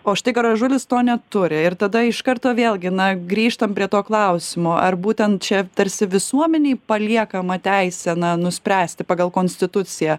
o štai gražulis to neturi ir tada iš karto vėlgi na grįžtam prie to klausimo ar būtent čia tarsi visuomenei paliekama teisė na nuspręsti pagal konstituciją